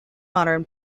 modern